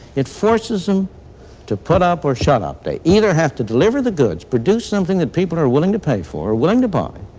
it forces them to put up or shut up. they either have to deliver the goods, produce something that people are willing to pay for, willing to buy,